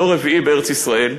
דור רביעי בארץ-ישראל,